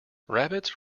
rabbits